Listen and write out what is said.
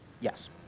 Yes